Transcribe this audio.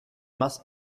must